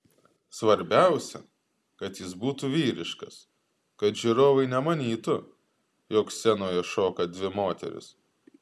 svarbiausia kad jis būtų vyriškas kad žiūrovai nemanytų jog scenoje šoka dvi moterys